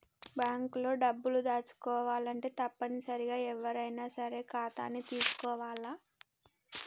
bank లో డబ్బులు దాచుకోవాలంటే తప్పనిసరిగా ఎవ్వరైనా సరే ఖాతాని తీసుకోవాల్ల